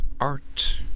art